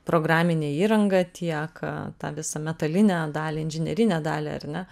programinę įrangą tiek tą visą metalinę dalį inžinerinę dalį ar ne